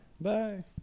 Bye